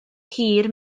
hir